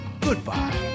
goodbye